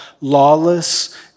lawless